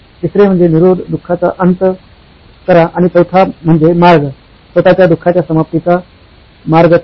तिसरे म्हणजे "निरोध" दुःखाचा अंत करा आणि चौथा म्हणजे "मार्ग" स्वत च्या दुःखाच्या समाप्तीचा मार्ग ठरवा